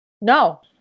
No